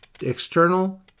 external